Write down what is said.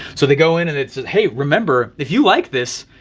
so they go in and it says, hey, remember, if you like this,